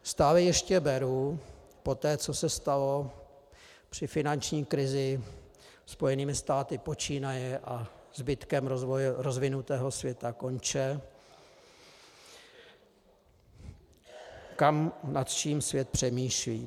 Stále ještě beru poté, co se stalo při finanční krizi Spojenými státy počínaje a zbytkem rozvojového světa konče, kam a nad čím svět přemýšlí.